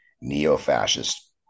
neo-fascist